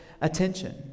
attention